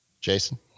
Jason